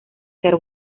ser